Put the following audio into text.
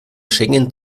schengen